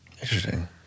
Interesting